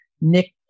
Nick